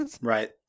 Right